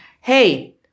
Hey